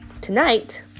tonight